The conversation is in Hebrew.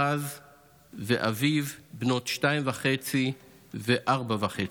רז ואביב, בנות שנתיים וחצי וארבע וחצי.